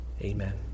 Amen